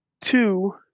Two